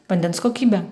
vandens kokybė